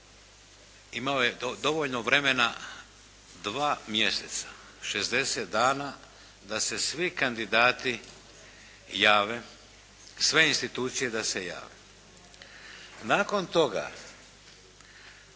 imao je dovoljno vremena dva mjeseca, 60 dana da se svi kandidati jave, sve institucije da se jave. Nakon toga,